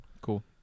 Cool